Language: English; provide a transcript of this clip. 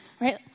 Right